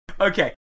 Okay